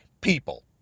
people